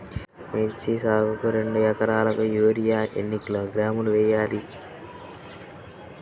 మిర్చి సాగుకు రెండు ఏకరాలకు యూరియా ఏన్ని కిలోగ్రాములు వేయాలి?